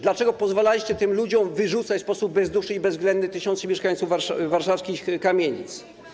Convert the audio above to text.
Dlaczego pozwalaliście tym ludziom wyrzucać w sposób bezduszny i bezwzględny tysiące mieszkańców warszawskich kamienic?